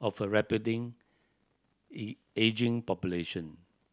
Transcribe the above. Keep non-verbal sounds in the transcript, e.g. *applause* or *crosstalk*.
of a *unintelligible* ageing population